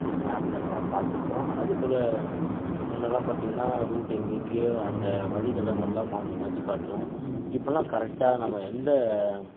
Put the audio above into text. மேப்பில நம்ம பார்த்துருக்கோம் அதுபோல் முன்னேல்லாம் பார்த்தீங்கனா ரூட் எங்கெங்கையோ அந்த வழி தடங்கள்லாம் மாற்றி மாற்றி காட்டும் இப்போலாம் கரெட்டாக நம்ம எந்த